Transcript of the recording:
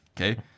okay